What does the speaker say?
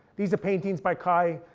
these are paintings by cai,